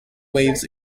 waves